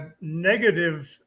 negative